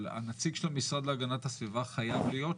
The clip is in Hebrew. אבל הנציג של המשרד להגנת הסביבה חייב להיות שם.